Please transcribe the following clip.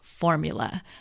formula